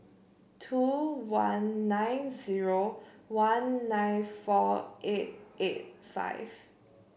two one nine zero one nine four eight eight five